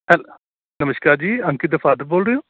ਹੈਲ ਨਮਸ਼ਕਾਰ ਜੀ ਅੰਕਿਤ ਦੇ ਫਾਦਰ ਬੋਲ ਰਹੇ ਹੋ